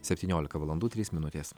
septyniolika valandų trys minutės